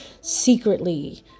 secretly